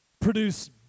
produce